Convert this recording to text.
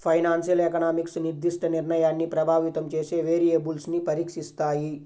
financial economics నిర్దిష్ట నిర్ణయాన్ని ప్రభావితం చేసే వేరియబుల్స్ను పరీక్షిస్తాయి